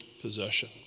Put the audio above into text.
possession